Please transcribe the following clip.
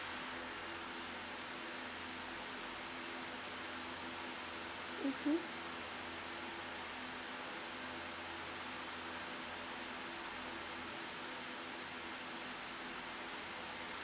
mmhmm